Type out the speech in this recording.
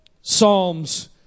Psalms